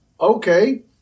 okay